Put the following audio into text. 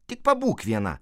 tik pabūk viena